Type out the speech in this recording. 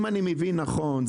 אם אני מבין נכון,